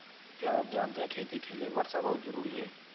क्या आप जानते है खेती के लिर वर्षा बहुत ज़रूरी है?